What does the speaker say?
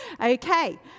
Okay